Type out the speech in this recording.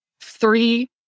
three